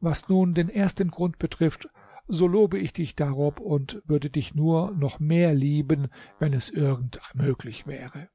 was nun den ersten grund betrifft so lobe ich dich darob und würde dich nur noch mehr lieben wenn es irgend möglich wäre